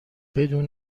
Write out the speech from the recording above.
بدون